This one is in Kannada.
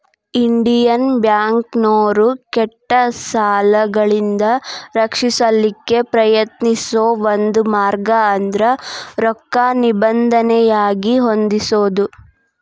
ಇಂಡಿಯನ್ ಬ್ಯಾಂಕ್ನೋರು ಕೆಟ್ಟ ಸಾಲಗಳಿಂದ ರಕ್ಷಿಸಲಿಕ್ಕೆ ಪ್ರಯತ್ನಿಸೋ ಒಂದ ಮಾರ್ಗ ಅಂದ್ರ ರೊಕ್ಕಾ ನಿಬಂಧನೆಯಾಗಿ ಹೊಂದಿಸೊದು